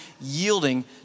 yielding